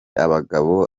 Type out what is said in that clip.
abagabo